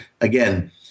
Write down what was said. again